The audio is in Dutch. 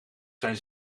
zijn